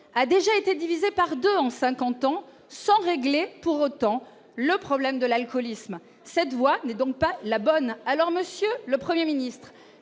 a déjà été divisé par 2 en 50 ans sans régler pour autant le problème de l'alcoolisme, cette voie n'est donc pas la bonne, alors Monsieur le 1er Ministre